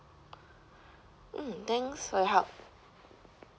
mm thanks for your help